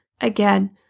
again